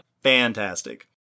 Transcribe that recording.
Fantastic